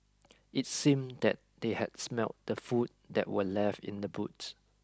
it seemed that they had smelt the food that were left in the boots